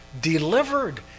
delivered